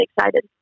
excited